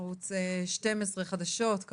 ערוץ 12 החדשות.